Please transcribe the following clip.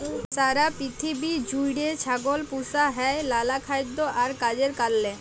সারা পিথিবী জুইড়ে ছাগল পুসা হ্যয় লালা খাইদ্য আর কাজের কারলে